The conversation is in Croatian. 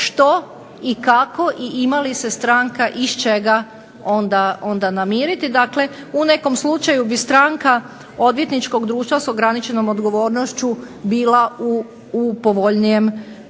što i kako i ima li se stranka iz čega namiriti. Dakle, u nekom slučaju bi stranka odvjetničkog društva za ograničenom odgovornošću bila u povoljnijem položaju.